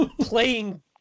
playing